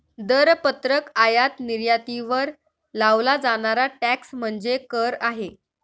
दरपत्रक आयात निर्यातीवर लावला जाणारा टॅक्स म्हणजे कर आहे